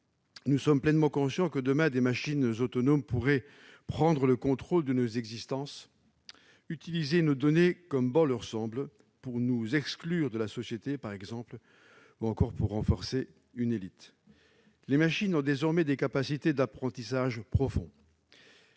nous sommes pleinement conscients que des machines autonomes pourraient demain prendre le contrôle de nos existences, utiliser nos données comme bon leur semble pour, par exemple, nous exclure de la société ou renforcer une élite. Les machines ont désormais des capacités « d'apprentissage profond